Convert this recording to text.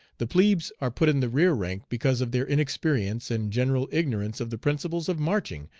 the plebes are put in the rear rank because of their inexperience and general ignorance of the principles of marching,